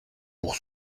pour